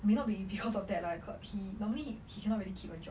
may not be because of that lah he normally he cannot really keep a job